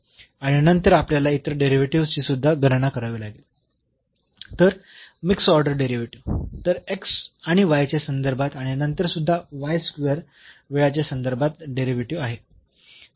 आणि नंतर आपल्याला इतर डेरिव्हेटिव्हस् ची सुद्धा गणना करावी लागेल तर मिक्स्ड ऑर्डर डेरिव्हेटिव्ह तर आणि च्या संदर्भात आणि नंतर सुद्धा वेळा च्या संदर्भात डेरिव्हेटिव्ह आहे